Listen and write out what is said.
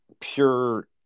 pure